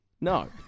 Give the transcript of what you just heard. No